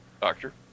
Doctor